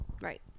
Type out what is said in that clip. right